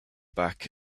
back